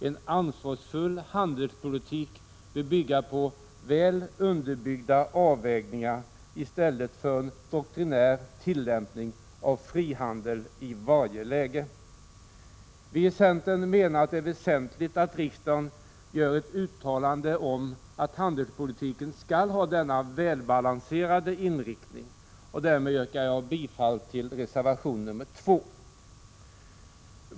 En ansvarsfull handelspolitik bör bygga på väl underbyggda avvägningar i stället för en doktrinär tillämpning av frihandel i varje läge. Vi i centern menar att det är väsentligt att riksdagen gör ett uttalande om att handelspolitiken skall ha denna välbalanserade inriktning, och därmed yrkar jag bifall till reservation nr 2.